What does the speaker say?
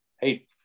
Hey